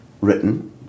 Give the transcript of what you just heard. written